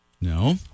No